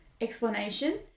explanation